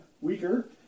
weaker